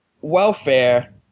welfare